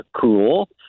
cool